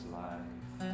life